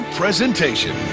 presentation